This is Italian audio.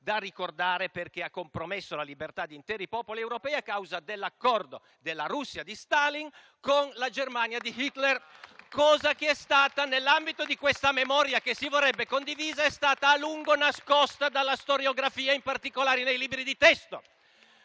da ricordare, perché ha compromesso la libertà di interi popoli europei a causa dell'accordo della Russia di Stalin con la Germania di Hitler, cosa che - nell'ambito di una memoria che si vorrebbe condivisa - è stata a lungo nascosta dalla storiografia, in particolare nei libri di testo.